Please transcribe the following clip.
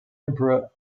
emperor